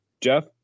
Jeff